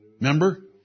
Remember